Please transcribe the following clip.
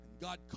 God